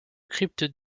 crypte